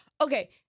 Okay